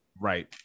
right